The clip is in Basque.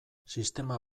sistema